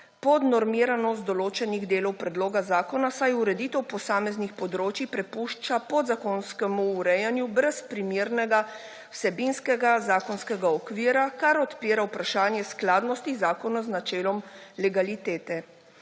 podnormiranost določenih delov predloga zakona, saj ureditev posameznih področij prepušča podzakonskemu urejanju brez primernega vsebinskega zakonskega okvira, kar odpira vprašanje skladnosti zakona z načelom legalitete.